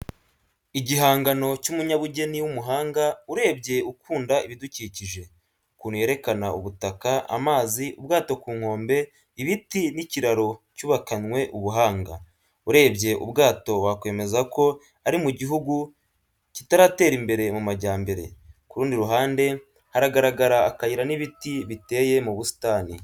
Igihangano cy'umunyabugeni w'umuhanga urebye ukunda ibidukikije. Ukuntu yerekana ubutaka, amazi, ubwato ku nkombe, ibiti n'ikiraro cyubakanwe ubuhanga. Urebye ubwato wakwemeza ko ari mu gihugu kitaratera imbere mu majyambere. Ku rundi ruhande haragaragara akayira n'ibiti biteye mu busitani.